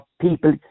people